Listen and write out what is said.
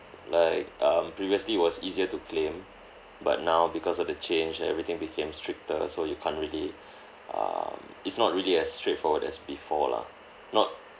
like um previously it was easier to claim but now because of the change and everything became stricter so you can't really um it's not really as straightforward as before lah not